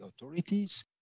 authorities